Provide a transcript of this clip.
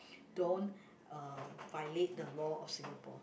don't uh violate the law of Singapore